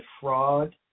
fraud